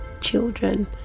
children